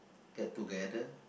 get together